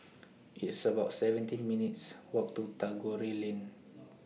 It's about seventeen minutes' Walk to Tagore Road